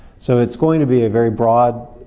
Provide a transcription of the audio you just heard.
so it's going to be a very broad